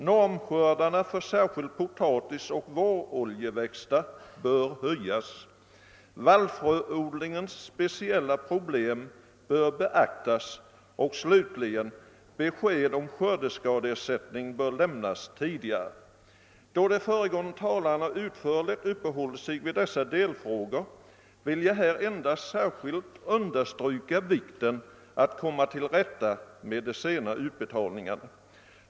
Normskördarna för särskilt potatis och våroljeväxter bör höjas. Vallfröodlingens speciella problem bör beaktas. Besked om skördeskadeersättning bör lämnas tidigare. Då de föregående talarna utförligt uppehållit sig vid dessa delfrågor, vill jag här särskilt understryka vikten av att komma till rätta med de sena utbetalningarna.